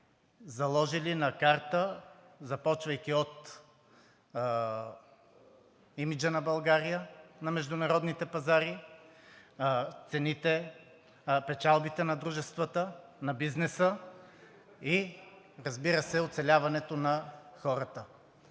заложили на карта, започвайки от имиджа на България на международните пазари, цените, печалбите на дружествата, на бизнеса и разбира се, оцеляването на хората.